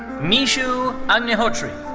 meeshu agnihotri.